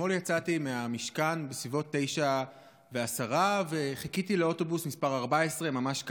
אתמול יצאתי מהמשכן בסביבות 21:10 וחיכיתי לאוטובוס מס' 14 ממש כאן,